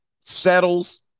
settles